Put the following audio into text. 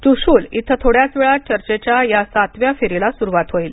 चुशूल इथं थोड्याच वेळात चर्चेच्या या सातव्या फेरीला सुरुवात होईल